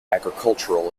agricultural